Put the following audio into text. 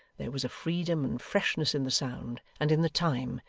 there was a freedom and freshness in the sound and in the time,